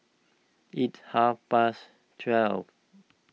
its half past twelve